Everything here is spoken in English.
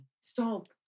Stop